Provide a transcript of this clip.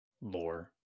lore